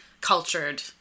cultured